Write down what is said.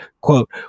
quote